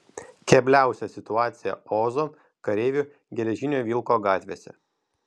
kebliausia situacija ozo kareivių geležinio vilko gatvėse